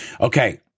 Okay